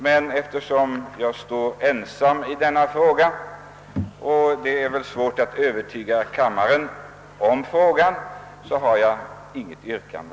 Men eftersom jag står ensam i denna fråga — och det är väl svårt att övertyga kammaren — har jag intet yrkande.